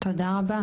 תודה רבה.